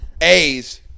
A's